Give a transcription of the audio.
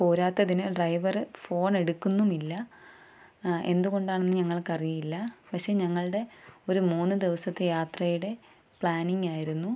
പോരാത്തതിന് driver phone എടുക്കുന്നുമില്ല എന്തുകൊണ്ടാണെന്ന് ഞങ്ങൾക്കറിയില്ല പക്ഷേ ഞങ്ങളുടെ ഒരു മൂന്ന് ദിവസത്തെ യാത്രയുടെ പ്ലാനിങ്ങായിരുന്നു